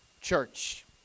church